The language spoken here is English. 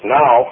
now